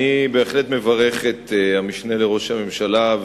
אני בהחלט מברך את המשנה לראש הממשלה,